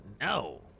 No